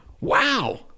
Wow